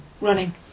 running